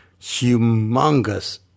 humongous